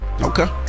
Okay